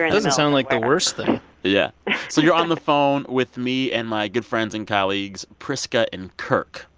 doesn't sound like the worst thing yeah so you're on the phone with me and my good friends and colleagues priska and kirk.